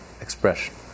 expression